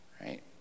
right